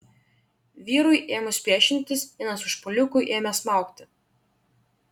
vyrui ėmus priešintis vienas užpuolikų ėmė smaugti